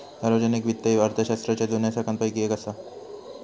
सार्वजनिक वित्त ही अर्थशास्त्राच्या जुन्या शाखांपैकी येक असा